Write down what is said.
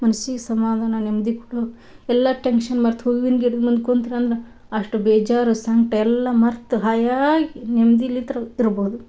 ಮನ್ಸಿಗೆ ಸಮಾಧಾನ ನೆಮ್ಮದಿ ಕೊಡೋ ಎಲ್ಲ ಟೆನ್ಷನ್ ಮರ್ತು ಹೂವಿನ ಗಿಡದು ಮುಂದೆ ಕುಂತ್ರಂದ್ರೆ ಅಷ್ಟು ಬೇಜಾರು ಸಂಕಟ ಎಲ್ಲ ಮರ್ತು ಹಾಯಾಗಿ ನಿಮ್ದಿಲ್ಲಿದ್ರೆ ಇರ್ಬೋದು